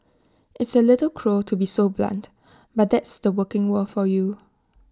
it's A little cruel to be so blunt but that's the working world for you